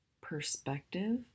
perspective